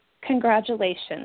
congratulations